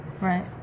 right